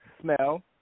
smell